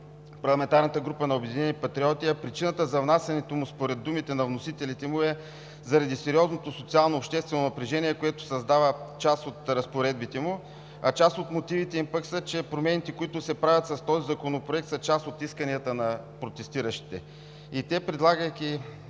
парламентарната група на „Обединени патриоти“, а причината за внасянето му според думите на вносителите е сериозното социално обществено напрежение, което създава част от разпоредбите му. Част от мотивите им пък са, че промените, които се правят с този законопроект, са част от исканията на протестиращите. Предлагайки